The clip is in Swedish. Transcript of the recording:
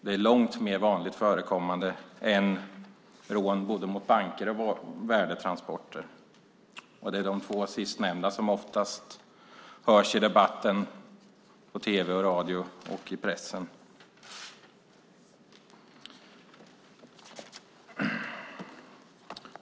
De är långt mer vanligt förekommande än rån mot både banker och värdetransporter, och det är de två sistnämnda som det oftast hörs om i debatten på tv, radio och i pressen.